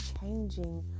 changing